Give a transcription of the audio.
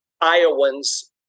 Iowans